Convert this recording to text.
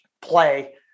play